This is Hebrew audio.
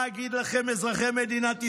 מה אגיד לכם, אזרחי מדינת ישראל?